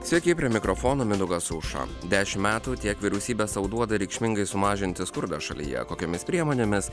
sveiki prie mikrofono mindaugas aušra dešim metų tiek vyriausybė sau duoda reikšmingai sumažinti skurdą šalyje kokiomis priemonėmis